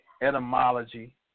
etymology